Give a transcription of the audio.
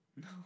No